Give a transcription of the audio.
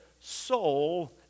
soul